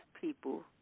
people